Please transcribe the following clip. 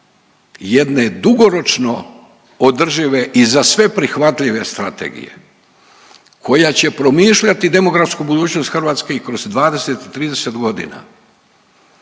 jedne dugoročno održive i za sve prihvatljive strategije koja će promišljati demografsku budućnost Hrvatske i kroz 20, 30 godina,